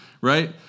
right